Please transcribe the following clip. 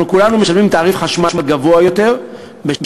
אנחנו כולנו משלמים תעריף חשמל גבוה יותר בשל